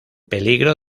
peligro